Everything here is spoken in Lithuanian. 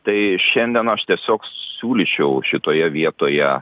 tai šiandien aš tiesiog siūlyčiau šitoje vietoje